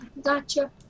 Gotcha